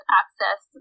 access